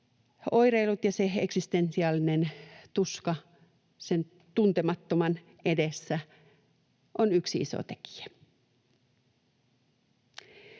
oireilut ja eksistentiaalinen tuska tuntemattoman edessä ovat yksi iso tekijä.